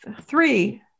three